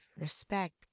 respect